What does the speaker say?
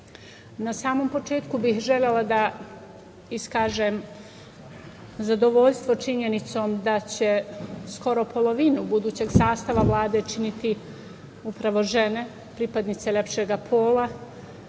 na samom početku bih želela da iskažem zadovoljstvo činjenicom da će skoro polovinu budućeg sastava činiti upravo žene, pripadnice lepšeg pola,